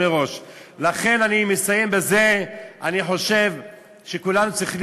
לכן אני מסיים בזה שאני חושב שכולנו צריכים